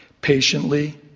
patiently